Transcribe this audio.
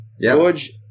George